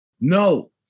No